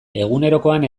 egunerokoan